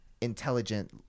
intelligent